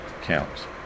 counts